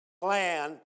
plan